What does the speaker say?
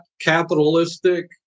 capitalistic